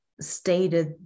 stated